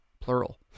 plural